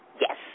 Yes